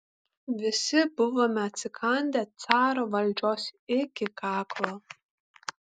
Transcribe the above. visi buvome atsikandę caro valdžios iki kaklo